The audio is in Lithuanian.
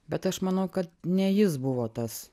bet aš manau kad ne jis buvo tas